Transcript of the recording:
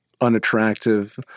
unattractive